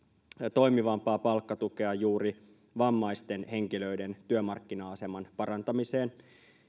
toimivampaa palkkatukea juuri vammaisten henkilöiden työmarkkina aseman parantamiseen